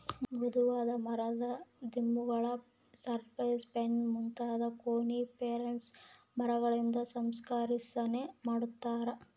ಮೃದುವಾದ ಮರದ ದಿಮ್ಮಿಗುಳ್ನ ಸೈಪ್ರೆಸ್, ಪೈನ್ ಮುಂತಾದ ಕೋನಿಫೆರಸ್ ಮರಗಳಿಂದ ಸಂಸ್ಕರಿಸನೆ ಮಾಡತಾರ